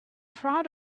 proud